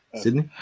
Sydney